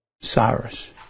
Cyrus